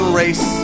race